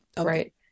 right